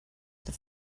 that